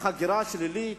בהגירה השלילית,